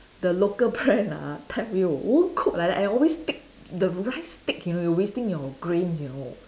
the local brand ah tell you won't cook like that I always stick the rice stick you know you're wasting your grains you know